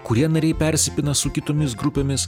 kurie nariai persipina su kitomis grupėmis